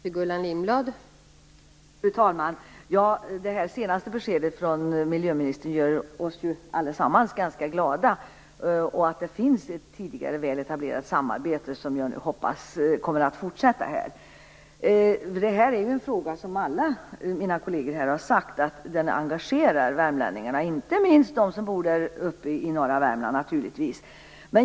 Fru talman! Det senaste beskedet från miljöministern, att det finns ett sedan tidigare väl etablerat samarbete som förhoppningsvis kommer att fortsätta, gör oss allesammans ganska glada. Som mina kolleger här har sagt är det här en fråga som engagerar värmlänningarna, inte minst dem som bor uppe i norra Värmland.